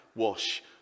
wash